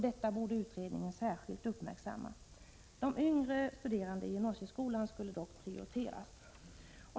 Detta borde utredningen särskilt uppmärksamma. De yngre studerandena i gymnasieskolan skulle dock prioriteras.